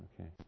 Okay